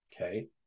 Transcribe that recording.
Okay